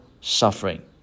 suffering